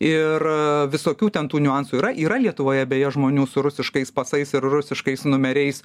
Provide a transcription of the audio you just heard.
ir visokių ten tų niuansų yra yra lietuvoje beje žmonių su rusiškais pasais ir rusiškais numeriais